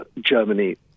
Germany